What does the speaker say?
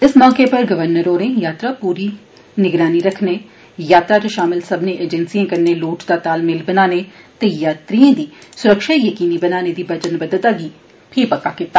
इस मौके गवर्नर होरें यात्रा उप्पर पूरी निगरानी रक्खने यात्रा च शामिल सब्मने एजेंसिएं कन्नै लोड़चदा तालमेल बनाने ते यात्रिएं दी सुरक्षा यकीनी बनाने दी वचनबद्वता गी फ्ही पक्का कीता